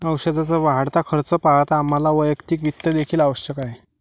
औषधाचा वाढता खर्च पाहता आम्हाला वैयक्तिक वित्त देखील आवश्यक आहे